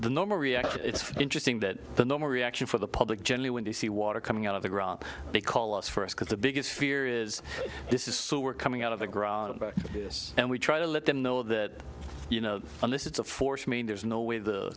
reaction it's interesting that the normal reaction for the public generally when they see water coming out of the ground they call us first because the biggest fear is this is so we're coming out of the ground about this and we try to let them know that you know and this is a force i mean there's no way the